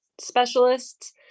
specialists